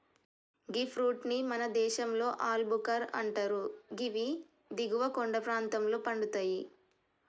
గీ fruit ని మన దేశంలో ఆల్ భుక్కర్ అంటరు గివి దిగువ కొండ ప్రాంతంలో పండుతయి